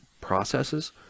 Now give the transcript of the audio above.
processes